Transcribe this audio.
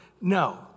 No